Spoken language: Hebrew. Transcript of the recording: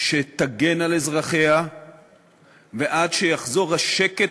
שתגן על אזרחיה ועד שיחזרו השקט